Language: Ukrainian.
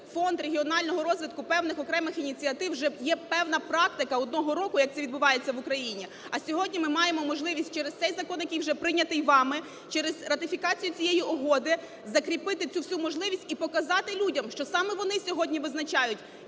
Фонд регіонального розвитку певних окремих ініціатив вже є певна практика одного року, як це відбувається в Україні. А сьогодні ми маємо можливість через цей закон, який вже прийнятий вами, через ратифікацію цієї угоди закріпити цю всю можливість і показати людям, що саме вони сьогодні визначають